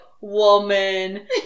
woman